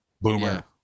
boomer